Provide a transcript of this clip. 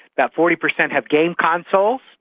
about forty percent have game consoles.